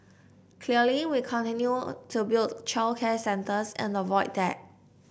clearly we continue to build childcare centers at the Void Deck